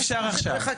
אי אפשר עכשיו.